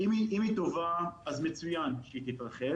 אם היא טובה- אז מצוין שהיא תתרחב